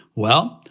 well,